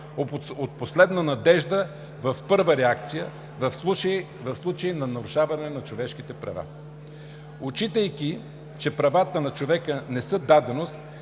от последна надежда в първа реакция в случай на нарушаване на човешките права. Отчитайки, че правата на човека не са даденост,